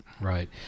Right